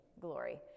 glory